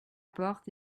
porte